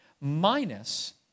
Minus